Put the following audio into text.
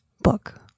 book